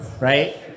right